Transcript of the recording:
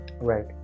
Right